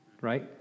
right